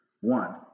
one